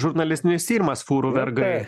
žurnalistinis tyrimas fūrų vergai